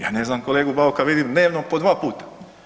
Ja ne znam kolegu Bauka vidim dnevno po dva puta.